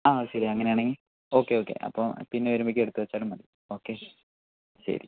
ആ ശരി അങ്ങനെ ആണെങ്കിൽ ഓക്കെ ഓക്കെ അപ്പോൾ പിന്നെ വരുമ്പോഴേക്ക് എടുത്ത് വെച്ചാലും മതി ഓക്കെ ശരി